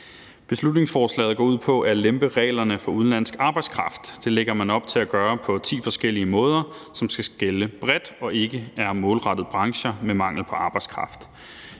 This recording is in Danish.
Beslutningsforslaget går ud på at lempe reglerne for udenlandsk arbejdskraft. Det lægger man op til at gøre på ti forskellige måder, som skal gælde bredt og ikke er målrettet brancher med mangel på arbejdskraft.